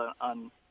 on